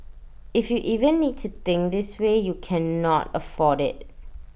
if you even need to think this way you cannot afford IT